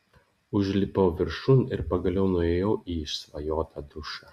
užlipau viršun ir pagaliau nuėjau į išsvajotą dušą